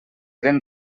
eren